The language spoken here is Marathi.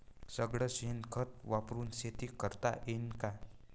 सगळं शेन खत वापरुन शेती करता येईन का?